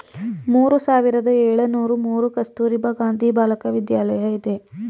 ಮೂರು ಸಾವಿರದ ಏಳುನೂರು ಮೂರು ಕಸ್ತೂರಬಾ ಗಾಂಧಿ ಬಾಲಿಕ ವಿದ್ಯಾಲಯ ಇದೆ